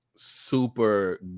super